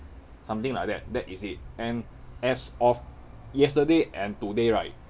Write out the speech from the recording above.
something like that that is it and as of yesterday and today right